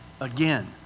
Again